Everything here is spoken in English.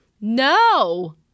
No